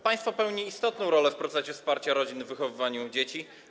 Państwo pełni istotną rolę w procesie wsparcia rodzin w wychowywaniu dzieci.